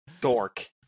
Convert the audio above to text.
dork